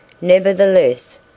Nevertheless